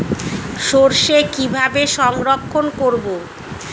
সরষে কিভাবে সংরক্ষণ করব?